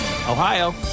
Ohio